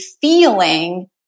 feeling